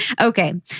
Okay